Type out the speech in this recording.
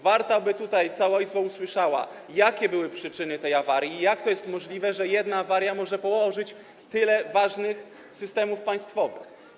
Warto, aby cała Izba usłyszała, jakie były przyczyny tej awarii, jak to jest możliwe, że jedna awaria może położyć tyle ważnych systemów państwowych.